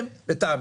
לטעמי,